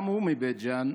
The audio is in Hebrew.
גם הוא מבית ג'ן,